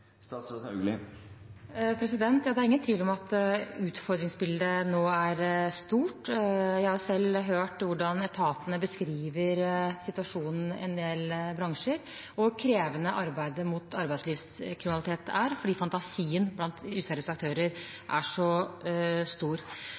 Det er ingen tvil om at utfordringsbildet nå er stort. Jeg har selv hørt hvordan etatene beskriver situasjonen i en del bransjer, hvor krevende arbeidet mot arbeidslivskriminalitet er, fordi fantasien blant useriøse aktører